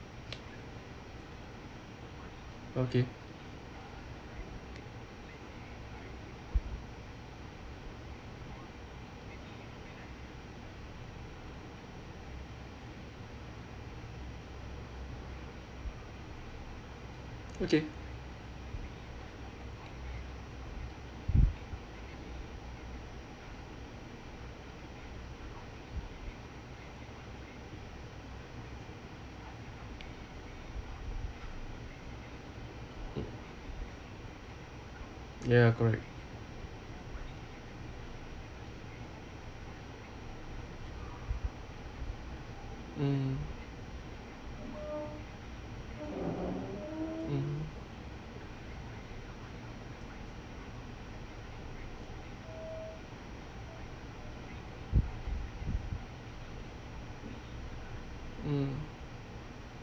okay okay ya correct mm mm mm